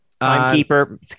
Timekeeper